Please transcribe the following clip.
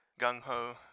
gung-ho